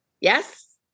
Yes